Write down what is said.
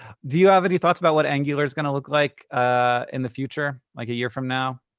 do you have any thoughts about what angular is gonna look like ah in the future? like a year from now.